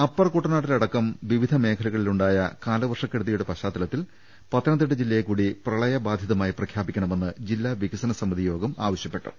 upper കുട്ടനാട്ടിലടക്കം വിവിധ മേഖലകളിലുണ്ടായ കാലവർഷക്കെടുതിയുടെ പശ്ചാത്തലത്തിൽ പത്തനം തിട്ട ജില്ലയെക്കൂടി പ്രളയബാധിതയായി പ്രഖ്യാപിക്ക ണമെന്ന് ജില്ലാ വികസനസമിതി യോഗം ആവശ്യപ്പെ ട്ടു